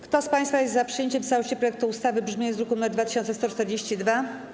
Kto z państwa jest za przyjęciem w całości projektu ustawy w brzmieniu z druku nr 2142?